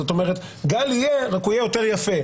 זאת אומרת, גל יהיה רק שהוא יהיה יותר יפה.